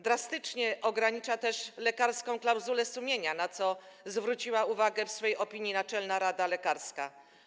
Drastycznie ogranicza też lekarską klauzulę sumienia, na co zwróciła uwagę w swojej opinii Naczelna Rada Lekarska.